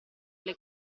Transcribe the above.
alle